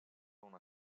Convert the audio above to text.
una